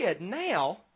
now